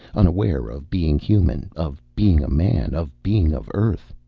unaware of being human, of being a man, of being of earth.